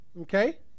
Okay